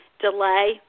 delay